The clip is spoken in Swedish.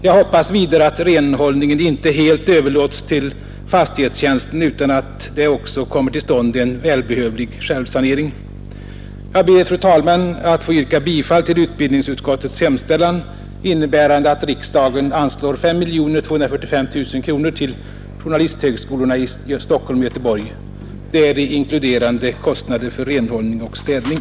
Jag hoppas vidare att renhållningen inte helt överlåts till fastighetstjänsten utan att det också kommer till stånd en välbehövlig självsanering. Jag ber, fru talman, att få yrka bifall till utbildningsutskottets hemställan, innebärande att riksdagen anslår 5 245 000 kronor till journalisthögskolorna i Stockholm och Göteborg, däri inkluderat kostnader för renhållning och städning.